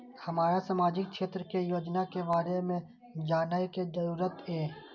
हमरा सामाजिक क्षेत्र के योजना के बारे में जानय के जरुरत ये?